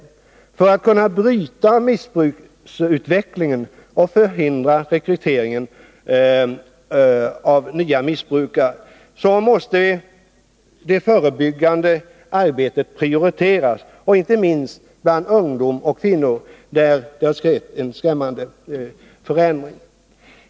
För att vi skall kunna bryta missbruksutvecklingen och hindra rekryteringen av nya missbrukare måste vi prioritera det förebyggande arbetet, inte minst bland ungdomar och kvinnor, där det skett en skrämmande förändring.